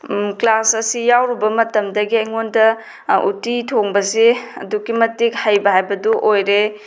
class ꯑꯁꯤ ꯌꯥꯎꯔꯨꯕ ꯃꯇꯝꯗꯒꯤ ꯑꯩꯉꯣꯟꯗ ꯎꯇꯤ ꯊꯣꯡꯕꯁꯦ ꯑꯗꯨꯛꯀꯤ ꯃꯇꯤꯛ ꯍꯩꯕ ꯍꯥꯏꯕꯗꯨ ꯑꯣꯏꯔꯦ